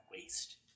waste